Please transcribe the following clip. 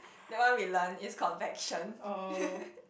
that one we learn is convection